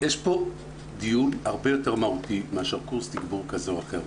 יש פה דיון הרבה יותר מהותי מאשר קורס תיגבור כזה או אחר.